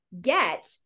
get